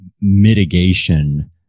mitigation